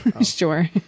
Sure